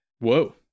whoa